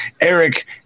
eric